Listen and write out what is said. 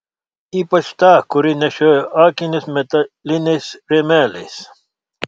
ypač tą kuri nešiojo akinius metaliniais rėmeliais